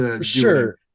Sure